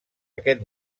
aquest